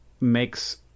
makes